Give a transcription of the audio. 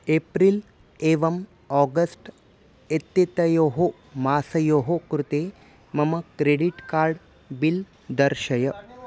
April एवम् August एत्येतयोः मासयोः कृते मम क्रेडिट् कार्ड् बिल् दर्शय